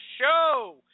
show